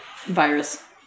Virus